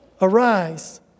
Arise